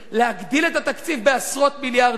להגדיל את התקציב בעשרות מיליארדים,